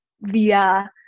via